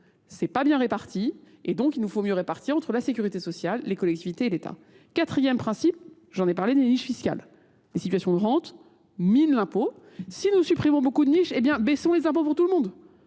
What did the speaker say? c'est pas bien réparti et donc il nous faut mieux répartir entre la sécurité sociale, les collectivités et l'État. Quatrième principe, j'en ai parlé des niches fiscales. Les situations de rente, mille l'impôt. Si nous supprimons beaucoup de niches, eh bien baissons les impôts pour tout le monde.